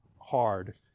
hard